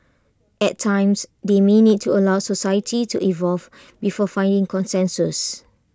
at times they may need to allow society to evolve before finding consensus